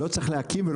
לא צריך כלום.